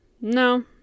no